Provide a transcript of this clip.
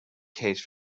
case